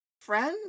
Friend